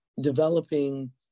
developing